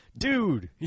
Dude